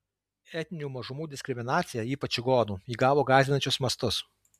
etninių mažumų diskriminacija ypač čigonų įgavo gąsdinančius mastus